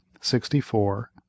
sixty-four